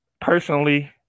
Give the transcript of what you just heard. Personally